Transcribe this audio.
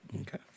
okay